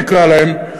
נקרא להם,